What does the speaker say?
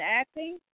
acting